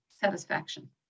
satisfaction